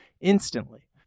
instantly